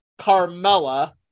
Carmella